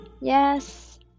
Yes